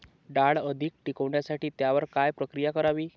डाळ अधिक टिकवण्यासाठी त्यावर काय प्रक्रिया करावी?